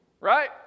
Right